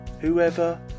whoever